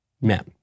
men